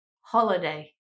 holiday